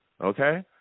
okay